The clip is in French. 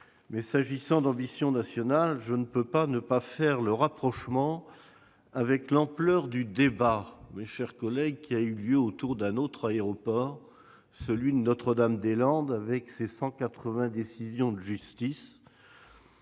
Mais s'agissant d'ambitions nationales, je ne peux pas ne pas faire le rapprochement avec l'ampleur du débat qui a eu lieu autour d'un autre aéroport, celui de Notre-Dame-des-Landes, avec ses 180 décisions de justice.